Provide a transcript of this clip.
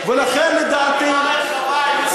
זאת אמירה רחבה,